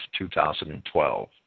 2012